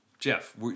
Jeff